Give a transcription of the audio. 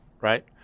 right